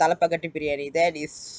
biryani that is